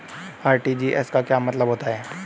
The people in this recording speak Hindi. आर.टी.जी.एस का क्या मतलब होता है?